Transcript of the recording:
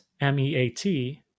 m-e-a-t